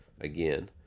again